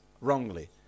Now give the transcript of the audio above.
wrongly